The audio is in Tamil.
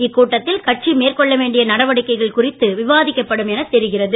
இக்கூட்டத்தில் கட்சி மேற்கொள்ள வேண்டிய நடவடிக்கைகள் குறித்து கூட்டத்தில் விவாதிக்கப்படும் என தெரிகிறது